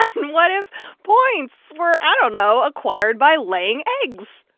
and what if points were i don't know acquired by laying eggs?